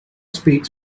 speaks